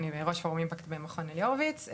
אני מראש הפורום במכון אלי הורביץ,